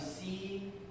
see